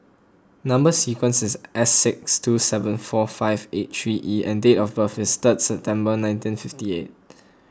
Number Sequence is S six two seven four five eight three E and date of birth is third September nineteen fifty eight